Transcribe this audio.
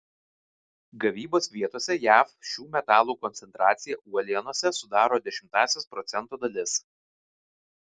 gavybos vietose jav šių metalų koncentracija uolienose sudaro dešimtąsias procento dalis